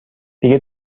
دیگه